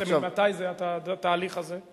ממתי התהליך הזה?